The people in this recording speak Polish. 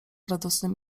radosnym